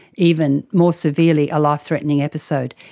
even, more severely, a life threatening episode.